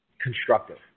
constructive